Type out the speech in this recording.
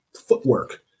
footwork